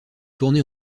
tournée